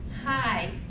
hi